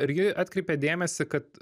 ir ji atkreipė dėmesį kad